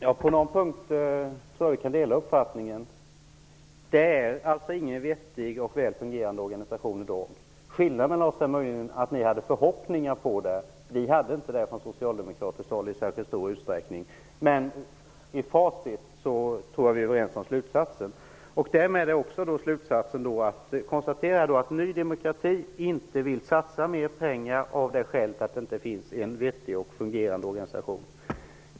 Herr talman! Jag kan dela den uppfattningen på några punkter. Det finns i dag inte någon vettig och väl fungerande organisation. Skillnaden mellan oss är möjligen att ni hade förhoppningar om den. Det hade inte vi socialdemokrater i särskilt stor utsträckning. Men jag tror att vi är överens om slutsatsen i facit. Jag konstaterar att Ny demokrati inte vill satsa mer pengar av det skälet att det inte finns någon vettig och fungerande organisation.